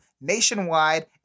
nationwide